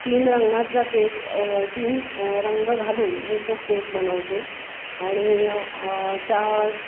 तीन रंगांचा केक तीन रंग घालून मी तो केक बनवते आणि त्या